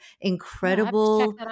incredible